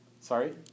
Sorry